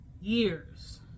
years